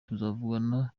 tuzavugana